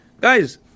Guys